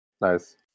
Nice